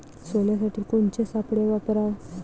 सोल्यासाठी कोनचे सापळे वापराव?